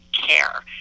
care